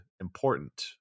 important